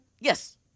Yes